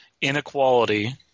inequality